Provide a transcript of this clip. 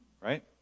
Right